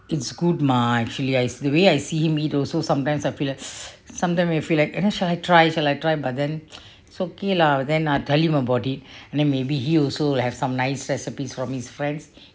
it's good mah actually the way I see him eat also sometimes I feel like uh I feel like shall I try shall I try but then it's okay lah but then I tell you about it maybe he also have some nice recipes from his friends